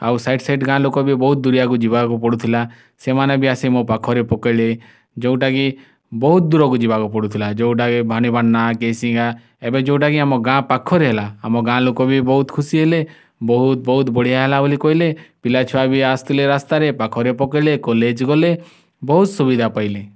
ଆଉ side side ଗାଁ ଲୋକ ବି ବହୁତ୍ ଦୂରକୁ ଯିବାକୁ ପଡ଼ୁଥିଲା ସେମାନେ ବି ଆସି ମୋ ପାଖରେ ପକେଇଲେ ଯେଉଁଟାକି ବହୁତ୍ ଦୂରକୁ ଯିବାକୁ ପଡ଼ୁଥିଲା ଯେଉଁଟାକି ଭବାନୀପାଟନା କେସିଂଗା ଏବେ ଯେଉଁଟାକି ଆମ ଗାଁ ପାଖରେ ହେଲା ଆମ ଗାଁଲୋକ ବି ବହୁତ୍ ଖୁସି ହେଲେ ବହୁତ୍ ବହୁତ୍ ବଢ଼ିଆ ହେଲା ବୋଲି କହିଲେ ପିଲାଛୁଆ ବି ଆସୁଥିଲେ ରାସ୍ତାରେ ପାଖରେ ପକେଇଲେ କଲେଜ୍ ଗଲେ ବହୁତ୍ ସୁବିଧା ପାଇଲେ